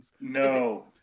No